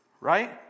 right